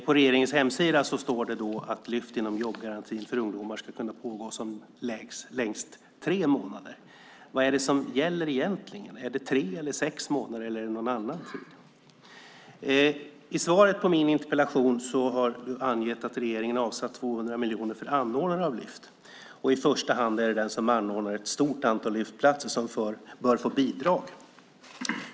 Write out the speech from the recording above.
På regeringens hemsida står det att Lyft inom jobbgarantin för ungdomar ska kunna pågå i som längst tre månader. Vad är det som egentligen gäller? Är det tre eller sex månader, eller är det något annat som gäller? I svaret på min interpellation anger ministern att regeringen har avsatt 200 miljoner till anordnare av Lyft. I första hand är det den som anordnar ett stort antal Lyftplatser som bör få bidrag.